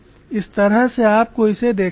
इस तरह से आपको इसे देखना होगा